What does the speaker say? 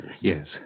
Yes